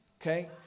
Okay